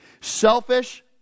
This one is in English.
Selfish